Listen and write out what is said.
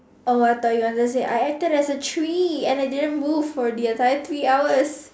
oh I thought you wanted to say you acted as a tree and I didn't move for the entire three hours